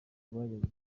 rwagezeho